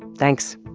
thanks